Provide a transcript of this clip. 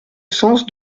sens